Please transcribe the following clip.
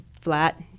flat